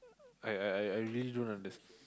I I I I really don't under